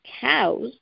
cows